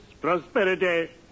prosperity